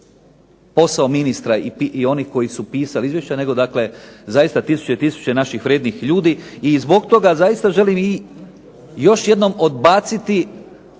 posao ministra i onih koji su pisali ovo izvješće, nego zaista tisuće i tisuće naših vrijednih ljudi. I zbog toga zaista želim još jednom odbaciti